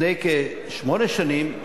לפני כשמונה שנים,